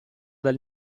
del